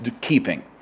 keeping